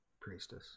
priestess